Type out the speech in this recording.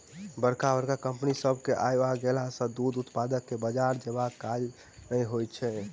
बड़का बड़का कम्पनी सभ के आइब गेला सॅ दूध उत्पादक के बाजार जयबाक काज नै होइत छै